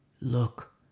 Look